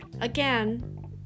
again